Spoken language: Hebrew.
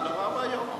זה נורא ואיום.